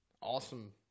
awesome